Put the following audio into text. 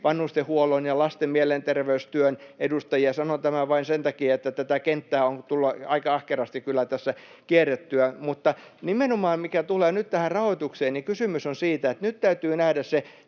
vanhustenhuollon ja lasten mielenterveystyön edustajia — sanon tämän vain sen takia, että tätä kenttää on tullut aika ahkerasti kyllä tässä kierrettyä. Nimenomaan, mitä tulee nyt tähän rahoitukseen, kysymys on siitä, että nyt täytyy nähdä se